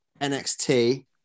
NXT